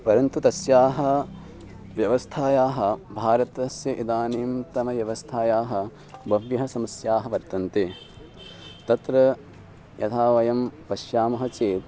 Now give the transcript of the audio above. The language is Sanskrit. परन्तु तस्याः व्यवस्थायाः भारतस्य इदानीन्तन व्यवस्थायाः बहव्यः समस्याः वर्तन्ते तत्र यथा वयं पश्यामः चेत्